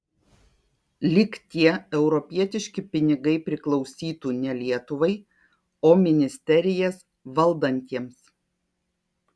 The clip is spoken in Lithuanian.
lyg tie europietiški pinigai priklausytų ne lietuvai o ministerijas valdantiems